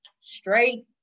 straight